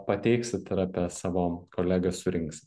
pateiksit ir apie savo kolegas surinksit